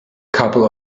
couple